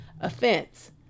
offense